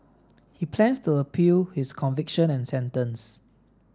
he plans to appeal his conviction and sentence